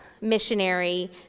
missionary